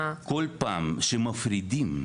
כל פעם שמפרידים,